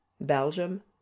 Belgium